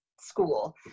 school